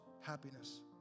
happiness